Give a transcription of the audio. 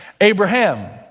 Abraham